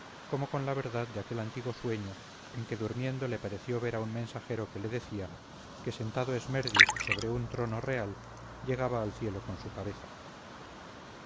como con la verdad de aquel antiguo sueño en que durmiendo le pareció ver a un mensajero que le decía que sentado esmerdis sobre un trono real llegaba al cielo con su cabeza